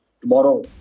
tomorrow